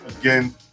again